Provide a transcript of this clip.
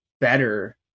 better